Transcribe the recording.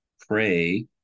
pray